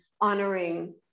honoring